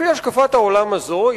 לפי השקפת העולם הזאת,